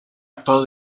actor